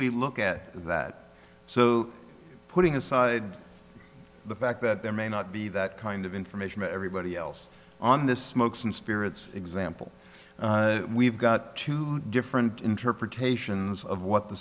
we look at that so putting aside the fact that there may not be that kind of information everybody else on this smokes and spirits example we've got two different interpretations of what the